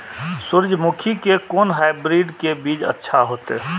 सूर्यमुखी के कोन हाइब्रिड के बीज अच्छा होते?